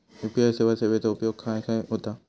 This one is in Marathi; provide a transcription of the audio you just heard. यू.पी.आय सेवेचा उपयोग खाय खाय होता?